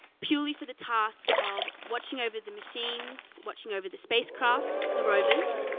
purely for the task of watching over the machines, watching over the spacecraft, the rovers,